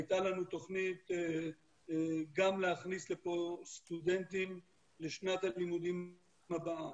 הייתה לנו תוכנית גם להכניס לפה סטודנטים לשנת הלימודים הבאה.